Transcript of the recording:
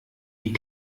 die